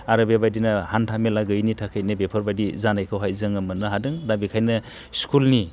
आरो बेबादिनो हान्था मेला गैयिनि थाखायनो बेफोरबादि जानायखौहाय जोङो मोननो हादों दा बेखायनो स्कुलनि